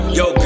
yo